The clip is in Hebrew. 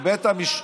בבית המשפט,